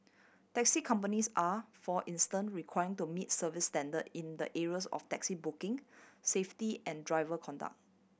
taxi companies are for instance require to meet service standard in the areas of taxi booking safety and driver conduct